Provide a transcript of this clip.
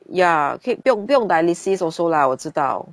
ya keep 不用不用 dialysis also lah 我知道